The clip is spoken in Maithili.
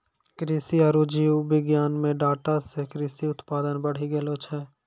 कृषि आरु जीव विज्ञान मे डाटा से कृषि उत्पादन बढ़ी गेलो छै